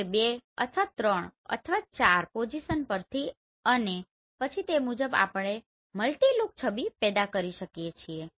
જે 2 અથવા 3 અથવા કદાચ 4 પોઝિશન પરથી અને પછી તે મુજબ આપણે મલ્ટિ લુક છબીઓ પેદા કરી શકીએ છીએ